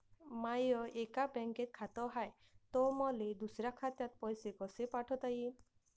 माय एका बँकेत खात हाय, त मले दुसऱ्या खात्यात पैसे कसे पाठवता येईन?